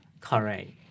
Correct